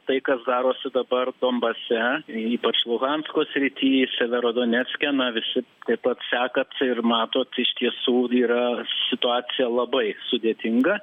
tai kas darosi dabar donbase ypač luhansko srity severo donecke na visi taip pat sekat ir matot iš tiesų yra situacija labai sudėtinga